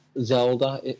Zelda